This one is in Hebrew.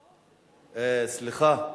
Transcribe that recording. אה, סליחה,